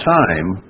time